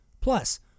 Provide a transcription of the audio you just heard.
Plus